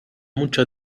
mucha